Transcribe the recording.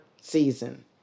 season